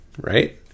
right